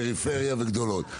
פריפריה וגדולות,